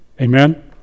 Amen